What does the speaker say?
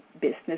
business